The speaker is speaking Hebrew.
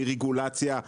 מרגולציה,